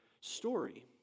story